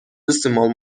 decimal